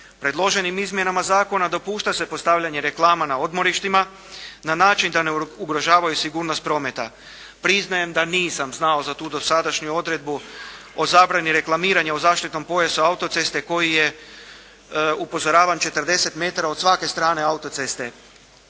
Predloženim izmjenama zakona dopušta se postavljanje reklama na odmorištima na način da ne ugrožavaju sigurnost prometa. Priznajem da nisam znao za tu dosadašnju odredbu o zabrani reklamiranja u zaštitnom pojasu autoceste koji je upozoravan 40 metara od svake strane autoceste.